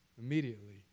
Immediately